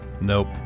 Nope